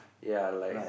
ya like